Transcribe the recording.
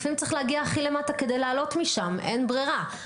לפעמים צריך להגיע הכי למטה כדי לעלות משם אין ברירה.